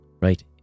right